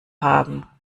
haben